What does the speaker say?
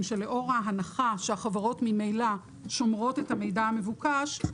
שלאור ההנחה שהחברות ממילא שומרות את המידע המבוקש,